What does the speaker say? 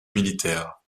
militaire